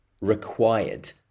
required